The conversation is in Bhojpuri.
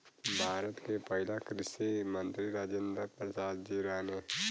भारत के पहिला कृषि मंत्री राजेंद्र प्रसाद जी रहने